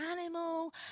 animal